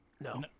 No